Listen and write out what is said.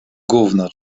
gówno